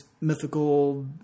mythical